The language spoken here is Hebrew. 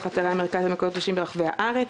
אתרי המרכז למקומות קדושים ברחבי הארץ.